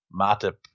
Matip